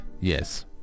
Yes